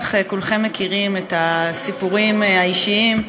בטח כולכם מכירים את, הסיפורים האישיים.